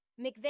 McVeigh